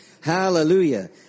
Hallelujah